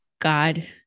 God